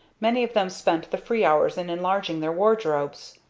many of them spent the free hours in enlarging their wardrobes.